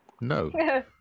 No